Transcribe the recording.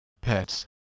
pets